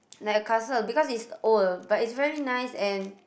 like a castle because it's old but it's very nice and